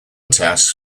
tasks